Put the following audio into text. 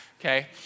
Okay